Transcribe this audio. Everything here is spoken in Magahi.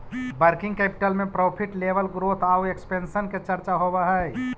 वर्किंग कैपिटल में प्रॉफिट लेवल ग्रोथ आउ एक्सपेंशन के चर्चा होवऽ हई